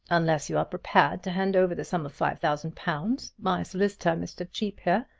unless you are prepared to hand over the sum of five thousand pounds, my solicitor, mr. cheape here,